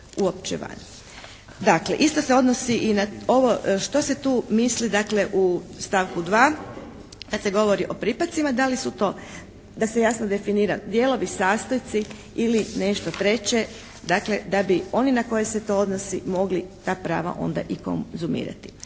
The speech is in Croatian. uopće van. Dakle, isto se odnosi i na ovo što se tu misli dakle u stavku 2. kad se govori o pripadcima, da li su to da se jasno definira dijelovi, sastojci ili nešto treće, dakle da bi oni na koje se to odnosi mogli ta prava onda i konzumirati.